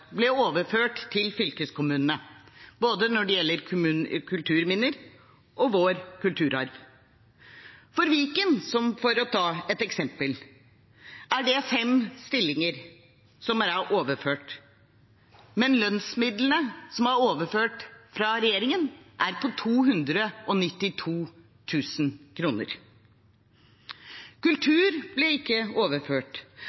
ble overført til fylkeskommunene, når det gjelder både kulturminner og vår kulturarv. For Viken – for å ta et eksempel – er det fem stillinger som er overført, men lønnsmidlene som er overført fra regjeringen, er på